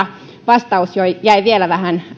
vastaus jäi vielä vähän